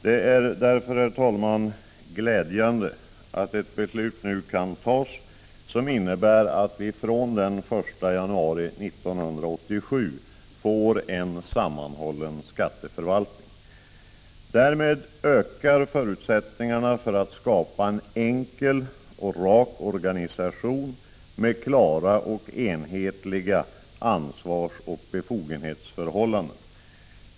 Det är därför, herr talman, glädjande att ett beslut nu kan fattas som innebär att vi fr.o.m. den 1 januari 1987 får en sammanhållen skatteförvaltning. Därmed ökar förutsättningarna för att man skall kunna skapa en enkel och rak organisation med klara och enhetliga ansvarsoch befogenhetsförhållanden.